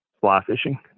fly-fishing